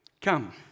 Come